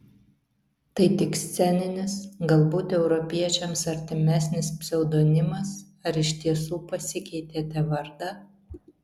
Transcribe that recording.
tai tik sceninis galbūt europiečiams artimesnis pseudonimas ar iš tiesų pasikeitėte vardą